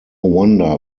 wonder